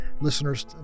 listeners